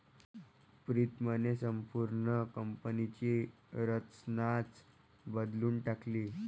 प्रीतमने संपूर्ण कंपनीची रचनाच बदलून टाकली